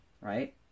Right